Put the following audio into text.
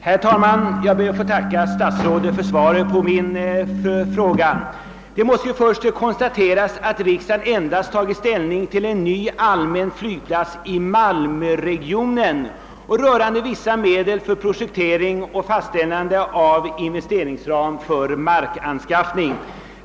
Herr talman! Jag ber att få tacka statsrådet för svaret på min fråga. Det måste först konstateras att riksdagen endast tagit ställning till en ny allmän flygplats i malmöregionen genom att anvisa vissa medel för projektering och fastställande av investe ringsram för markanskaffning.